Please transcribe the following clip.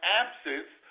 absence